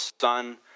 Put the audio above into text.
son